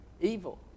evil